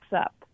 up